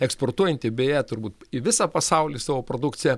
eksportuojanti beje turbūt į visą pasaulį savo produkciją